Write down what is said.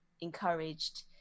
encouraged